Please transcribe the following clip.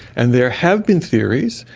and there have been theories,